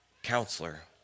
counselor